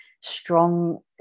strong